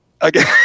Again